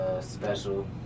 special